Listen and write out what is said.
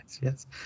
yes